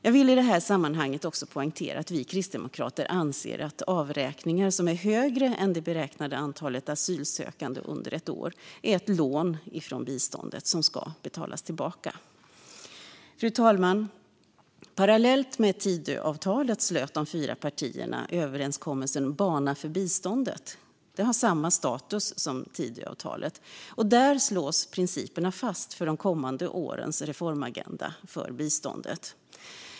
Jag vill i detta sammanhang poängtera att vi kristdemokrater anser att avräkningar som är högre än kostnaden för det beräknade antalet asylsökande under ett år är ett lån från biståndet som ska betalas tillbaka. Fru talman! Parallellt med Tidöavtalet slöt de fyra partierna överenskommelsen Bana för biståndet. Det har samma status som Tidöavtalet. Där slås principerna fast för de kommande årens reformagenda för biståndet.